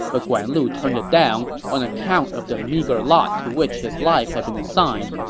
but guan lu turned it down on account of the meager lot to which his life had been assigned.